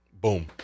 Boom